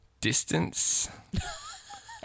Distance